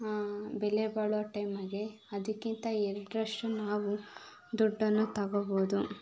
ಬೆಲೆ ಬಾಳೋ ಟೈಮ್ಗೆ ಅದಕ್ಕಿಂತ ಎರಡರಷ್ಟು ನಾವು ದುಡ್ಡನ್ನು ತಗೋಬೋದು